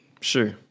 Sure